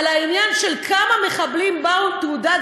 על העניין של כמה מחבלים באו עם תעודת